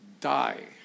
die